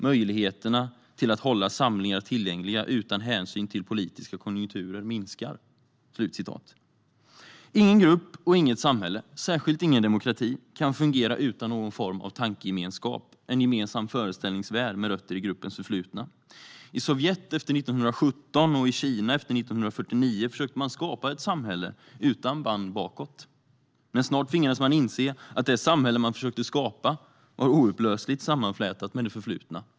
Möjligheterna att hålla samlingar tillgängliga utan hänsyn till politiska konjunkturer minskar. Ingen grupp och inget samhälle, särskilt ingen demokrati, kan fungera utan någon form av tankegemenskap, en gemensam föreställningsvärld med rötter i gruppens förflutna. I Sovjet efter 1917 och i Kina efter 1949 försökte man skapa ett samhälle utan band bakåt, men snart tvingades man inse att det samhälle man försökte skapa var oupplösligt sammanflätat med det förflutna.